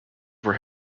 were